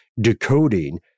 decoding